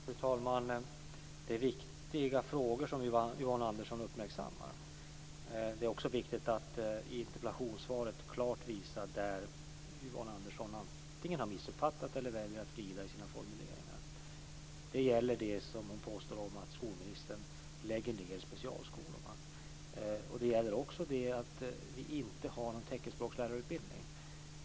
Fru talman! Det är viktiga frågor som Yvonne Andersson uppmärksammar. Det är också viktigt att i interpellationssvaret klart visa var Yvonne Andersson antingen har missuppfattat eller väljer att glida i sina formuleringar. Det gäller hennes påstående att skolministern lägger ned specialskolorna och också påståendet att vi inte har någon teckenspråkslärarutbildning.